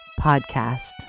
Podcast